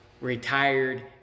retired